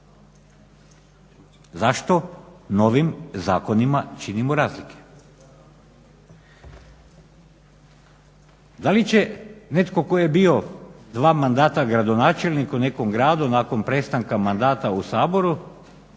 Zašto novim zakonima činimo razlike? Da li će netko tko je bio dva mandata gradonačelnik u nekom gradu nakon prestanka mandata u Saboru